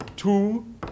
Two